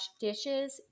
dishes